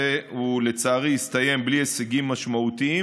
לצערי הוא הסתיים בלי הישגים משמעותיים.